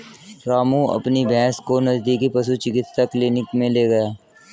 रामू अपनी भैंस को नजदीकी पशु चिकित्सा क्लिनिक मे ले गया